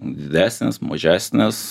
didesnis mažesnis